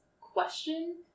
question